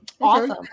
Awesome